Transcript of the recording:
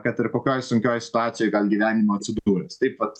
kad ir kokioj sunkioj situacijoj gal gyvenimo atsidūręs taip vat